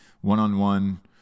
one-on-one